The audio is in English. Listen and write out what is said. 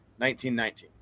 1919